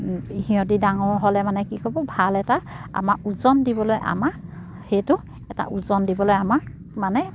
সিহঁতি ডাঙৰ হ'লে মানে কি হ'ব ভাল এটা আমাৰ ওজন দিবলৈ আমাৰ সেইটো এটা ওজন দিবলৈ আমাক মানে